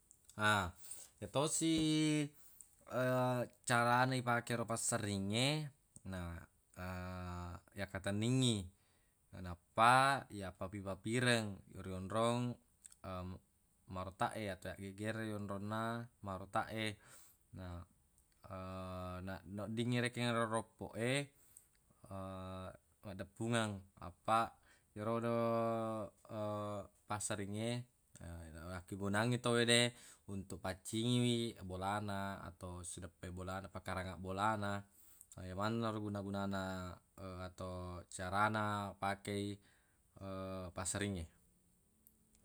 Ha yatosi carana ipake ero passerringnge na yakkatenningngi nappa iyappafi-pafireng ri onrong marotaq e atau yaggiggireng rionronna marotaq e na na oddingngi rekeng ero roppo e maddeppungeng apaq yerodo passerringnge akkegunangngi tawwede untuq paccingiwi bolana atau sideppe bolana pakaranga bolana ye maneng naro guna-gunana atau carana pakei passerringnge